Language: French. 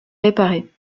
réparée